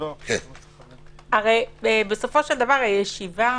הרי בסופו של דבר הישיבה